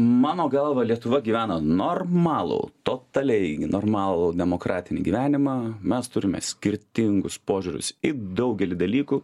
mano galva lietuva gyvena normalų totaliai normalų demokratinį gyvenimą mes turime skirtingus požiūrius į daugelį dalykų